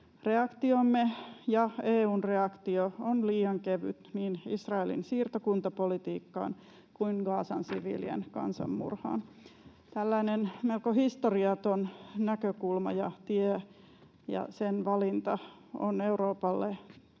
Reaktiomme ja EU:n reaktio on liian kevyt niin Israelin siirtokuntapolitiikkaan kuin Gazan siviilien kansanmurhaan. Tällainen melko historiaton näkökulma ja tie ja sen valinta on Euroopalle tie